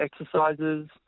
exercises